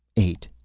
eight.